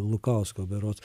lukausko berods